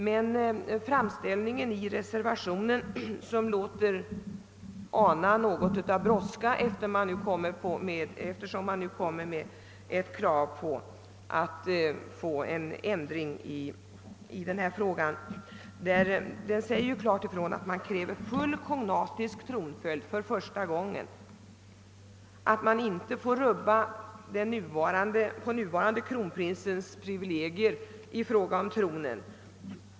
Men framställningen i reservationen låter ana en viss brådska, eftersom man där begär en ändring och kräver fullt kognatisk tronföljd för första gången. Man säger också att vi inte skall rubba på den nuvarande kronprinsens privilegier när det gäller tronen.